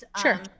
sure